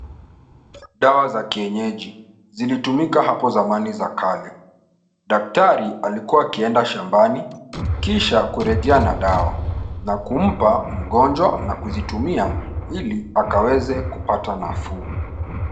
Dawa za kienyeji zilitumika hapo zamani za kale. Daktari alikua akienda shambani kisha kurejea na dawa na kumpa mgonjwa na kuzitumia ili akaweze kupata nafuu.